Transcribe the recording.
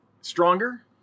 stronger